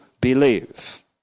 believe